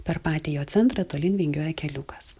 per patį jo centrą tolyn vingiuoja keliukas